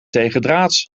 tegendraads